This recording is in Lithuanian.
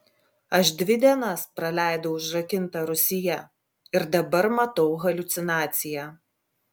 aš dvi dienas praleidau užrakinta rūsyje ir dabar matau haliucinaciją